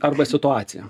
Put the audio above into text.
arba situacija